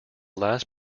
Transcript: last